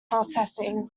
processing